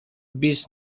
bees